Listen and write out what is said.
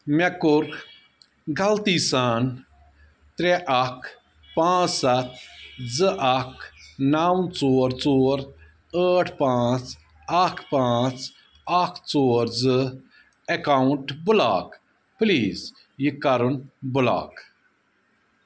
مےٚ کوٚر غلطی سان ترٛےٚ اَکھ پانٛژھ سَتھ زٕ اَکھ نَو ژور ژور ٲٹھ پانٛژھ اَکھ پانٛژھ اَکھ ژور زٕ اٮ۪کاونٹ بُلاک پٔلیٖز یہِ کَرُن بُلاک